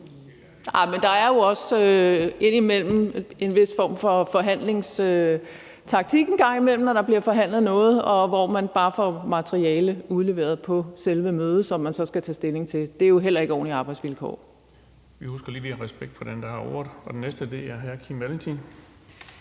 Der er jo også indimellem en vis form for forhandlingstaktik, når der bliver forhandlet noget, og hvor man bare får materiale udleveret på selve mødet, som man så skal tage stilling til. Det er jo heller ikke ordentlige arbejdsvilkår. Kl. 19:40 Den fg. formand (Erling Bonnesen): Vi husker lige at have respekt for den, der har ordet. Den næste er hr. Kim Valentin.